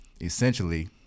essentially